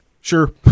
Sure